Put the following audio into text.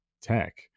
tech